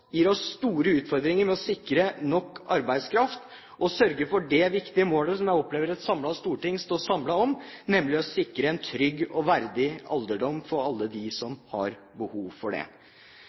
gir oss store utfordringer med å sikre nok arbeidskraft og sørge for det viktige målet, som jeg opplever at Stortinget står samlet om, nemlig å sikre en trygg og verdig alderdom for alle dem som har behov for det.